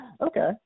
Okay